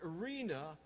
arena